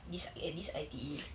this at this I_T_E